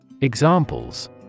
Examples